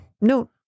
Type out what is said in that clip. No